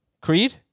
Creed